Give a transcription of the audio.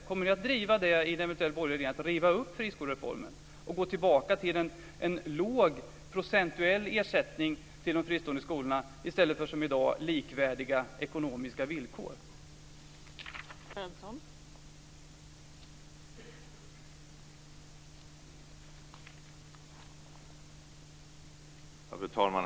Kommer ni att driva det i en eventuell borgerlig regering, dvs. att riva upp friskolereformen och gå tillbaka till en låg procentuell ersättning till de fristående skolorna i stället för de likvärdiga ekonomiska villkor som råder i dag?